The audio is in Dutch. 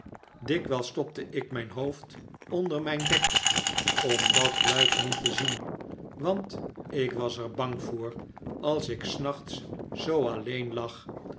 dikwijls stopte ik mijn hoofd onder mijn dek om dat luik niet te zien want ik was er bang voor als ik s nachts zoo alleen lag